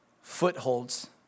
Footholds